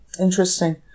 Interesting